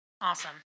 Awesome